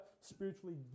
spiritually